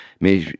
Mais